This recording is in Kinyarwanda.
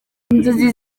inzozi